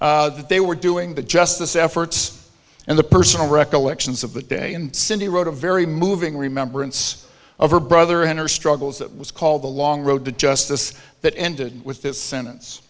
as they were doing the justice efforts and the personal recollections of that day cindy wrote a very moving remembrance of her brother and her struggles it was called the long road to justice that ended with that sentence